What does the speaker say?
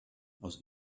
aus